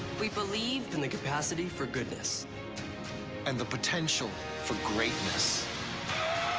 we believe in the capacity for goodness and the potential for greatness